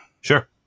Sure